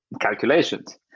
calculations